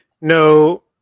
no